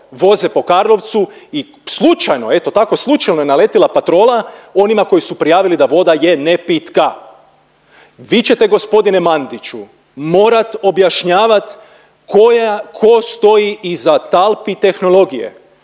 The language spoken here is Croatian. voze po Karlovcu i slučajno, eto tako slučajno je naletila patrola onima koji su prijavila da voda je nepitka. Vi ćete g. Mandiću morat objašnjavat koja ko stoji iza talpi tehnologije,